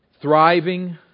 Thriving